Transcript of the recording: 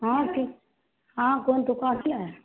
ହଁ ଠିକ ହଁ କୁହନ୍ତୁ କଣ କାଟିବା